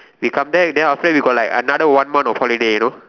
we come back then after that we got like another one month of holiday you know